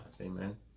Amen